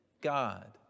God